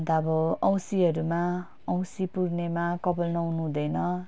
अन्त अब औँसीहरूमा औँसी पूर्णेमा कपल नुहाउनु हँदैन